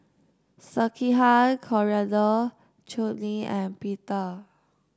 Sekihan Coriander Chutney and Pita